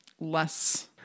less